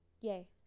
yay